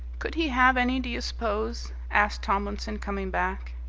could he have any, do you suppose? asked tomlinson coming back.